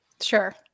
Sure